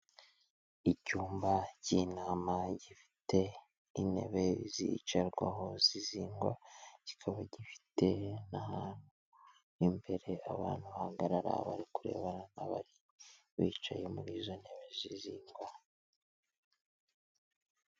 Icyumba cy'inama gifite intebe zicarwaho zizingwa, kikaba gifite n'ahantu imbere, abantu bahagarara bari kurebana n'abari bicaye muri izo ntebe zizingwa.